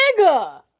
Nigga